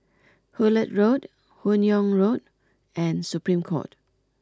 Hullet Road Hun Yeang Road and Supreme Court